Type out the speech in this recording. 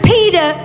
Peter